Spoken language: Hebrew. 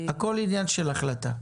הכל עניין של החלטה.